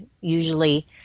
usually